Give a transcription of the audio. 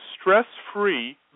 stress-free